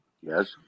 yes